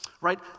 Right